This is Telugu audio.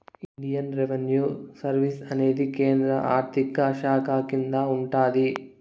ఇండియన్ రెవిన్యూ సర్వీస్ అనేది కేంద్ర ఆర్థిక శాఖ కింద ఉంటాది